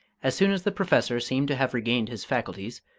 as soon as the professor seemed to have regained his faculties,